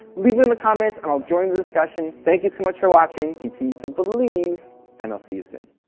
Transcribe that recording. leave it in the comments and i'll join in the discussion. thank you so much for watching. continue to believe and i'll see you soon.